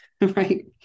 right